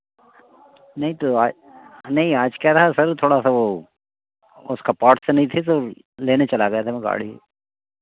नहीं तो आज नहीं आज क्या रहा सर थोड़ा सा वह उसका पार्ट्स नहीं थे तो लेने चला गया था मैं गाड़ी